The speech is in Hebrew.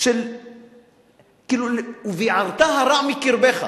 של "וביערת הרע מקרבך".